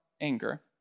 anger